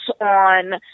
on